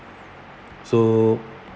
so